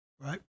Right